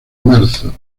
marzo